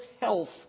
health